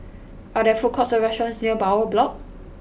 are there food courts or restaurants near Bowyer Block